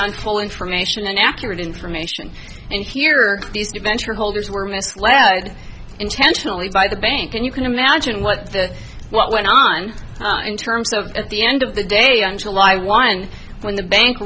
on full information and accurate information and here you venture holders were misled intentionally by the bank and you can imagine what the what went on in terms of at the end of the day on july one when the bank